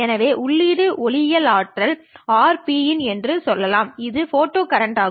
எனவே உள்ளீடு ஒளியியல் ஆற்றல் RPin என்று சொல்லலாம் இது ஃபோட்டோ கரண்ட் ஆகும்